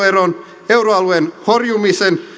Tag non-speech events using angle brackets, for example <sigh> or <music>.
<unintelligible> eron euroalueen horjumisen